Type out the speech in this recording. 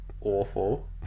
awful